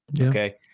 okay